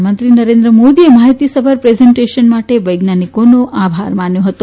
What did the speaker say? પ્રધાનમંત્રી નરેન્દ્ર મોદીએ માહિતીસભર પ્રેઝન્ટેશન માટે વૈજ્ઞાનિકોનો આભાર માન્યો હતો